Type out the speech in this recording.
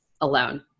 alone